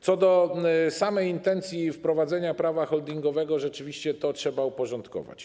Co do samej intencji wprowadzenia prawa holdingowego rzeczywiście to trzeba uporządkować.